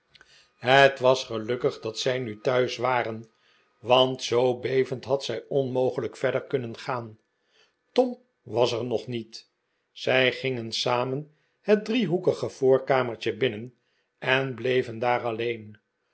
het was gelukkig dat zij nu thuis waren want zoo bevend had zij onmogelijk verder kunnen gaan tom was er nog niet zij gingen samen het driehoekige voorkamertje binnen en bleven daar alleen